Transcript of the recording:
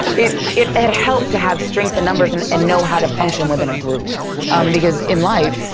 it had helped to have strength in numbers and and know how to function within a group because in life,